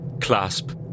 Clasp